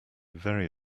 very